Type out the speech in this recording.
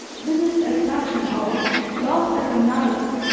visits at such an hour, loves at another,